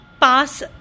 pass